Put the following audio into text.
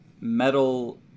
Metal